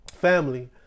Family